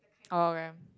okay